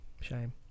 shame